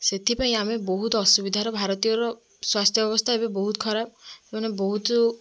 ସେଥିପାଇଁ ଆମେ ବହୁତ ଅସୁବିଧାର ଭାରତୀୟର ସ୍ୱାସ୍ଥ୍ୟ ବ୍ୟବସ୍ଥା ଏବେ ବହୁତ ଖରାପ ତେଣୁ ବହୁତ